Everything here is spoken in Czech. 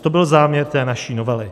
To byl záměr naší novely.